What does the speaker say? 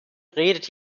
redet